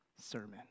sermon